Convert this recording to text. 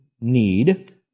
need